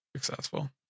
successful